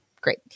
great